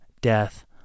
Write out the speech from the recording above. death